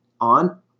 On